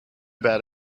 bad